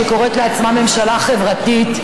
שקוראת לעצמה ממשלה חברתית,